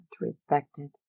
respected